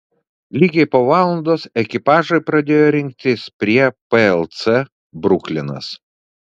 lygiai po valandos ekipažai pradėjo rinktis prie plc bruklinas